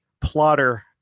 plotter